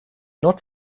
not